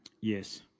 Yes